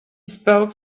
spoke